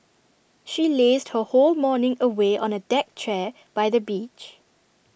she lazed her whole morning away on A deck chair by the beach